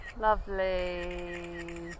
Lovely